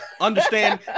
understand